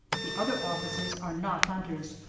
the other officers are not hunters,